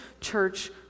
church